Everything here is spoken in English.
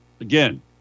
again